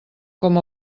com